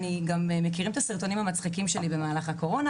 וכולם מכירים הסרטונים המצחיקים שלי במהלך הקורונה,